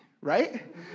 right